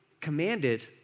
commanded